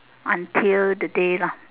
until the day lah